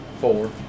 four